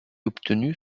obtenu